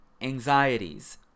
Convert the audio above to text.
anxieties